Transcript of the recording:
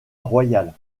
royale